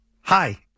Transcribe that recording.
Hi